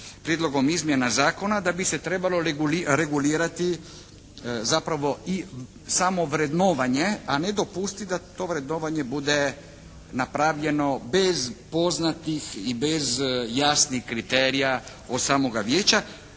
prijedlogom izmjena zakona da bi se trebalo regulirati zapravo i samo vrednovanje, a ne dopustiti da to vrednovanje bude napravljeno bez poznatih i bez jasnih kriterija od samoga vijeća